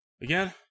again